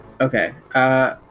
Okay